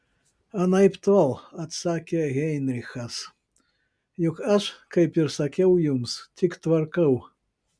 anaiptol atsakė heinrichas juk aš kaip ir sakiau jums tik tvarkau